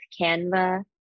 Canva